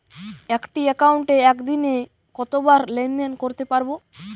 একটি একাউন্টে একদিনে কতবার লেনদেন করতে পারব?